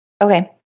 Okay